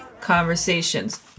conversations